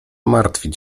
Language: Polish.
martwić